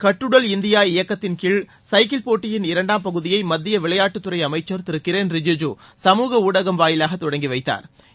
கட்டுடல் India cycle போட்டியின் இரண்டாம் பகுதியை மத்திய விளையாட்டுத் துறை அமைச்சா் திரு கிரண் ரிஜுஜு சமூக ஊடகம் வாயிலாக தொடங்கிவைத்தாா்